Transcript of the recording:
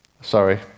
Sorry